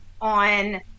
on